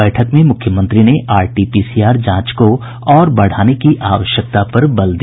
बैठक में मुख्यमंत्री ने आरटीपीसीआर जांच को और बढ़ाने की आवश्यकता पर बल दिया